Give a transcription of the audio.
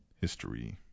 history